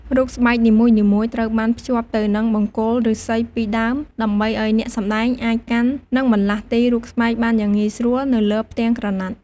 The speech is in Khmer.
រូបស្បែកនីមួយៗត្រូវបានភ្ជាប់ទៅនឹងបង្គោលឫស្សីពីរដើម ដើម្បីឲ្យអ្នកសម្តែងអាចកាន់ និងបន្លាស់ទីរូបស្បែកបានយ៉ាងងាយស្រួលនៅលើផ្ទាំងក្រណាត់។